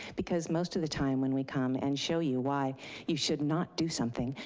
because most of the time when we come and show you why you should not do something,